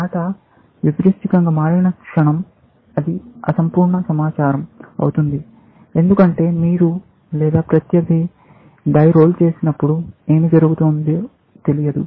ఆట యాదృచ్ఛికంగా మారిన క్షణం అది అసంపూర్ణ సమాచారం అవుతుంది ఎందుకంటే మీరు లేదా ప్రత్యర్థి డై రోల్ చేసినప్పుడు ఏమి జరుగుతుందో తెలియదు